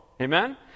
Amen